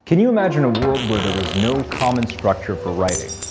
can you imagine a world where there was no common structure for writing?